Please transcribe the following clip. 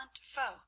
foe